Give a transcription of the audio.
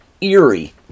eerie